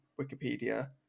Wikipedia